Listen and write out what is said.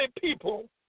people